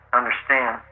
understand